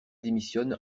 démissionne